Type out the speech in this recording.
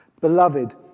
Beloved